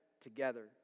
together